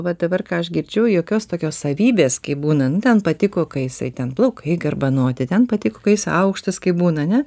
va dabar ką aš girdžiu jokios tokios savybės kaip būna nu ten patiko kai jisai ten plaukai garbanoti ten patiko kai jis aukštas kai būna ane